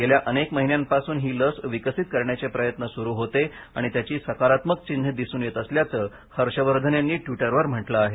गेल्या अनेक महिन्यांपासूनही लस विकसित करण्याचे प्रयत्न सुरु होते आणि त्याची सकारात्मक चिन्हे दिसून येत असल्याचं हर्षवर्धन यांनी ट्विटरद्वारे सांगितलं आहे